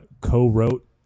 co-wrote